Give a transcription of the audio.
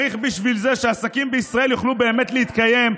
צריך בשביל זה שעסקים בישראל יוכלו באמת להתקיים,